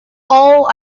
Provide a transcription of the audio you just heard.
all